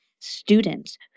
Students